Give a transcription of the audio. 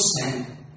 sin